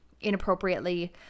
inappropriately